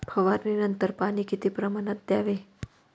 फवारणीनंतर पाणी किती प्रमाणात द्यावे?